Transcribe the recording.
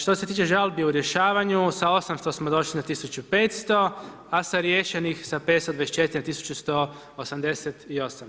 Što se tiče žalbi u rješavanju, sa 800 smo došli na 1500, a sa riješenih sa 524 na 1188.